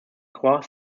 croix